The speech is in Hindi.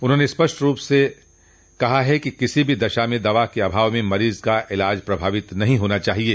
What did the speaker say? उन्होंने स्पष्ट किया है कि किसी भी दशा में दवा के अभाव में मरीज का इलाज प्रभावित नहीं होना चाहिये